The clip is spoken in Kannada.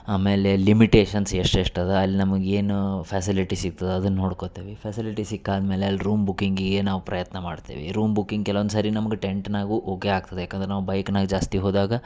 ಆಮೇಲೆ ಲಿಮಿಟೇಷನ್ಸ್ ಎಷ್ಟು ಎಷ್ಟು ಅದ ಅಲ್ಲಿ ನಮ್ಗ ಏನೂ ಫೆಸಿಲಿಟಿ ಸಿಗ್ತದ ಅದನ್ನ ನೋಡ್ಕೊತೆವಿ ಫೆಸಿಲಿಟಿ ಸಿಕ್ಕ ಆದ್ಮೇಲೆ ಅಲ್ಲಿ ರೂಮ್ ಬುಕ್ಕಿಂಗಿಗೆ ನಾವು ಪ್ರಯತ್ನ ಮಾಡ್ತೇವಿ ರೂಮ್ ಬುಕ್ಕಿಂಗ್ ಕೆಲವೊಂದು ಸರಿ ನಮ್ಗ ಟೆಂಟ್ನಾಗು ಓಕೆ ಆಗ್ತದೆ ಯಾಕಂದ್ರ ನಾವು ಬೈಕ್ನಾಗ್ ಜಾಸ್ತಿ ಹೋದಾಗ